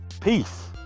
peace